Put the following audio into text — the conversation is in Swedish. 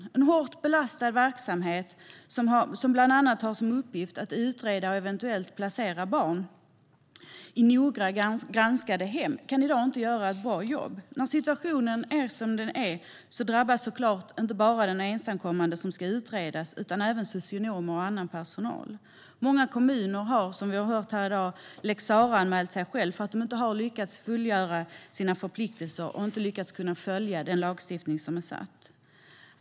Det är en hårt belastad verksamhet som bland annat har till uppgift att utreda och eventuellt placera barn i noga granskade hem, men man kan i dag inte göra ett bra jobb. När situationen är som den är drabbas såklart inte bara de ensamkommande som ska utredas utan även socionomer och annan personal. Många kommuner har, som vi har hört här i dag, lex Sarah-anmält sig själva för att de inte har lyckats fullgöra sina förpliktelser och inte har kunnat följa den lagstiftning som finns.